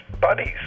buddies